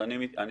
אז אני אתייחס.